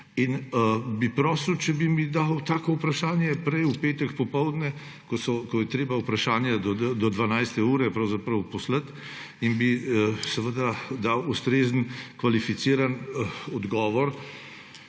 vrstic. Prosil bi, če bi mi dal tako vprašanje prej v petek popoldne, ko je treba vprašanje do 12. ure pravzaprav poslati, in bi seveda dal ustrezen kvalificiran odgovor.